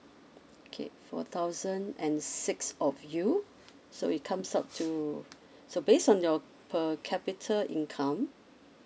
K four thousand and six of you so it comes up to so based on your per capita income